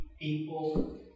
people